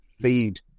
feed